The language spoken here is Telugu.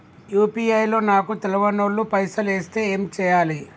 యూ.పీ.ఐ లో నాకు తెల్వనోళ్లు పైసల్ ఎస్తే ఏం చేయాలి?